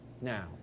now